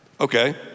Okay